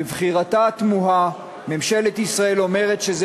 בבחירתה התמוהה ממשלת ישראל אומרת שזה